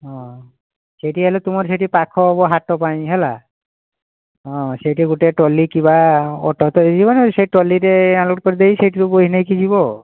ହୁଁ ସେଇଠି ହେଲେ ତୁମର ସେଠି ପାଖ ହେବ ହାଟ ପାଇଁ ହେଲା ହଁ ସେଇଠି ଗୋଟିଏ ଟ୍ରଲି କିମ୍ବା ଅଟୋ ତ ହୋଇଯିବ ନହେଲେ ସେ ଟ୍ରଲିରେ ଅନଲୋଡ଼୍ କରିଦେଇ ସେଇଥିରୁ ବୋହି ନେଇକି ଯିବ